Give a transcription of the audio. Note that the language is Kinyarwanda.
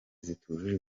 zitujuje